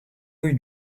rue